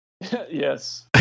Yes